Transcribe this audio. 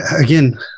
Again